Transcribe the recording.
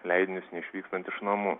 leidinius neišvykstant iš namų